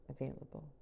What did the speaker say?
available